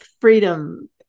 freedom